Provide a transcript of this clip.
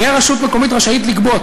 תהיה רשות מקומית רשאית לגבות,